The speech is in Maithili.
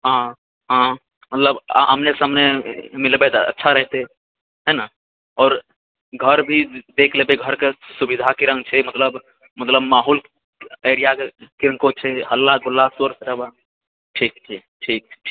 हँ हँ मतलब आमने सामने मिलबै तऽ अच्छा रहतै है ने आओर घर भी देखि लेबै घरके सुविधा केहन छै मतलब मतलब माहौल एरिआके कनिको छै मतलब हल्ला गुल्ला शोर शराबा ठीक छै ठीक छै